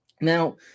now